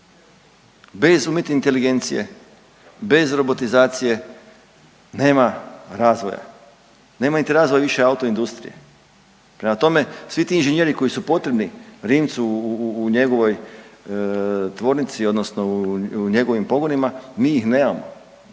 bez umjetne inteligencije, bez robotizacije nema razvoja, nema niti razvoja više autoindustrije. Prema tome svi ti inženjeri koji su potrebni Rimcu u njegovoj tvornici odnosno u njegovim pogonima mi ih nemamo,